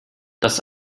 das